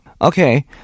Okay